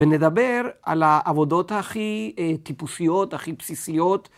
ונדבר על העבודות הכי טיפוסיות, הכי בסיסיות.